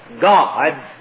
God